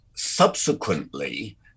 Subsequently